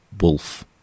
wolf